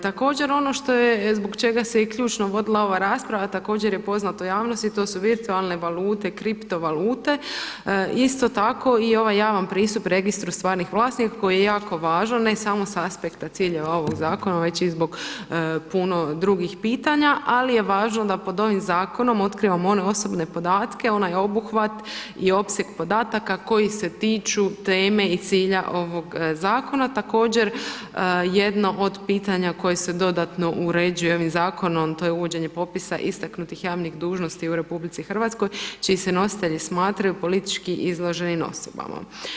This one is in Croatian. Također ono zbog čega se i ključno vodila ova rasprava, a također je poznato javnosti, to su virtualne valute, kripto valute, isto tako i ovaj javan pristup Registru stvarnih vlasnika koji je jako važan ne samo sa aspekta ciljeva ovog zakona već i zbog puno drugih pitanja ali je važno da pod ovim zakonom otkrivamo one osobne podatke, onaj obuhvat i opseg podataka koji se tiču teme i cilja ovog zakona, također jedno od pitanja koja se dodatno uređuje ovom zakonom, to je uvođenje popisa istaknutih javnih dužnosti u RH čiji se nositelji smatraju politički izloženim osobama.